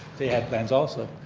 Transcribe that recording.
they had plans also.